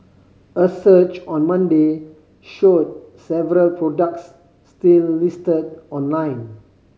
a search on Monday showed several products still listed online